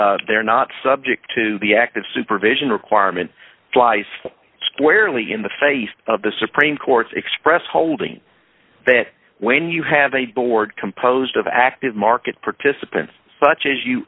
that they're not subject to the active supervision requirement flies squarely in the face of the supreme court's express holding that when you have a board composed of active market participants such as you